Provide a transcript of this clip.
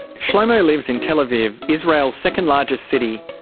shlomo lives in tel aviv, israel's second largest city.